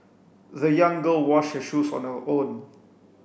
the young girl washed her shoes on her own